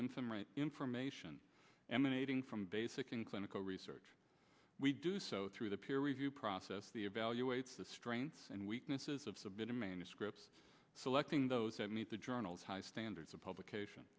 right information emanating from basic and clinical research we do so through the peer review process the evaluates the strengths and weaknesses of submitted scripts selecting those that meet the journal's high standards of publication